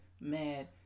mad